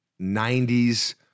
90s